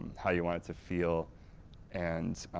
how you want it to feel and